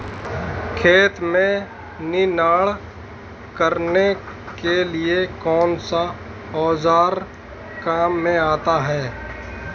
खेत में निनाण करने के लिए कौनसा औज़ार काम में आता है?